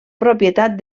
propietat